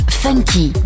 funky